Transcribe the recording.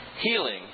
Healing